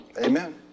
Amen